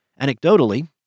Anecdotally